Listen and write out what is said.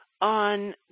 on